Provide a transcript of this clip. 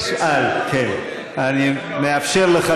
אני מאפשר לך,